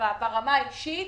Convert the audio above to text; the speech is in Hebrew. ברמה האישית,